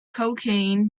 cocaine